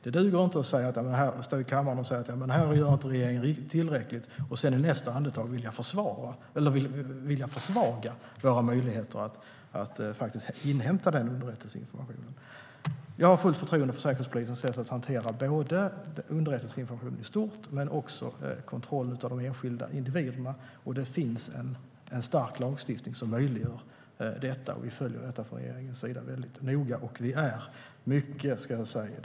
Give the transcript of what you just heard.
Det duger inte att stå i kammaren och säga att regeringen inte gör tillräckligt och i nästa andetag vilja försvaga våra möjligheter att inhämta den underrättelseinformationen. Jag har fullt förtroende för säkerhetspolisens sätt att hantera underrättelseinformationen i stort men också deras kontroll av de enskilda individerna. Det finns en stark lagstiftning som möjliggör det. Regeringen följer detta väldigt noga.